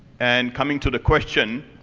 and coming to the question,